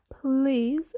please